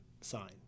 sign